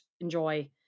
Enjoy